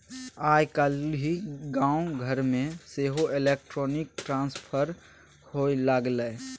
आय काल्हि गाम घरमे सेहो इलेक्ट्रॉनिक ट्रांसफर होए लागलै